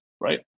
right